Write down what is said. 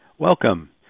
Welcome